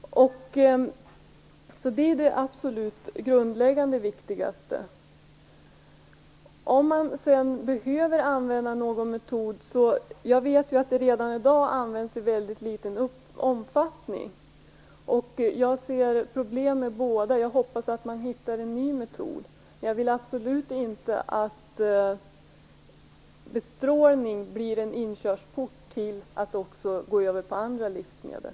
Det är det grundläggande och det absolut viktigaste. Jag vet att dessa metoder redan i dag används i väldigt liten omfattning, och jag ser problem med båda. Jag hoppas att man hittar en ny metod. Jag vill absolut inte att denna typ av bestrålning blir en inkörsport till att fortsätta med andra livsmedel.